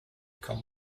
com